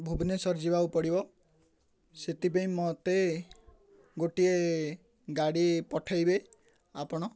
ଭୁବନେଶ୍ୱର ଯିବାକୁ ପଡ଼ିବ ସେଥିପାଇଁ ମୋତେ ଗୋଟିଏ ଗାଡ଼ି ପଠେଇବେ ଆପଣ